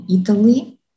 Italy